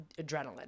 adrenaline